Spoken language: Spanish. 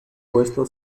puesto